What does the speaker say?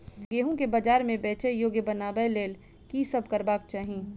गेंहूँ केँ बजार मे बेचै योग्य बनाबय लेल की सब करबाक चाहि?